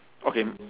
okay